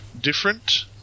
different